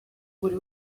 buri